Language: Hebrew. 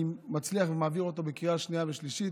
מצליח להעביר אותו בקריאה השנייה והשלישית,